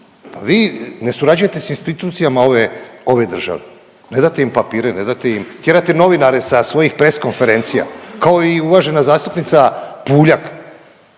vi ne surađujete s institucijama ove države. Ne date im papire, ne date im, tjerate novinare sa svojih press konferencija, kao i uvažena zastupnica Puljak.